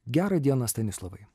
gerą dieną stanislovai